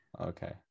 Okay